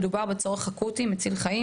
מדובר בצורך אקוטי ומציל חיים,